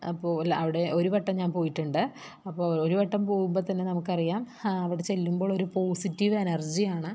അപ്പോൾ അവിടെ ഒരുവട്ടം ഞാൻ പോയിട്ടുണ്ട് അപ്പോൾ ഒരുവട്ടം പോകുമ്പോൾ തന്നെ നമുക്കറിയാം അവിടെ ചെല്ലുമ്പോൾ ഒരു പോസിറ്റീവ് എനർജിയാണ്